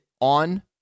on